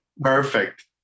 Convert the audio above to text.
Perfect